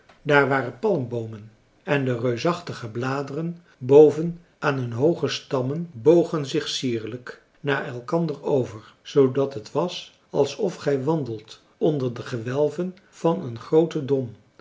daar waren palmboomen en de reusachtige bladeren boven aan hun hooge stammen bogen zich sierlijk naar elkander over zoodat het was alsof gij wandeldet onder de gewelven van een grooten dom